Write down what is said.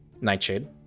Nightshade